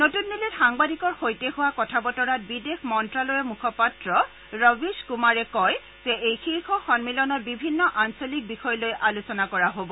নতুন দিল্লীত সাংবাদিকৰ সৈতে হোৱা কথা বতৰাত বিদেশ মন্ত্যালয়ৰ মুখপাত্ৰ ৰৱীশ কুমাৰে কয় যে এই শীৰ্ষ সন্মিলনত বিভিন্ন আঞ্চলিক বিষয় লৈ আলোচনা কৰা হব